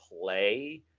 play